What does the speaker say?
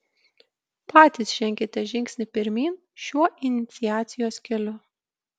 patys ženkite žingsnį pirmyn šiuo iniciacijos keliu